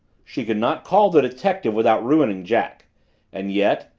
she could not call the detective without ruining jack and yet,